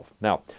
Now